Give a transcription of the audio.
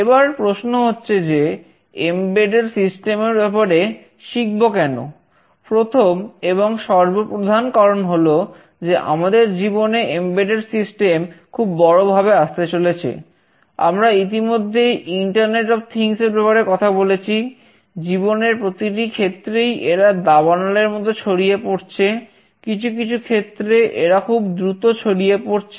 এবার প্রশ্ন হচ্ছে যে এমবেডেড সিস্টেম এর ব্যাপারে কথা বলেছি জীবনের প্রতিটি ক্ষেত্রেই এরা দাবানলের মতো ছড়িয়ে পড়ছে কিছু কিছু ক্ষেত্রে এরা খুব দ্রুত ছড়িয়ে পড়ছে